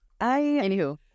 Anywho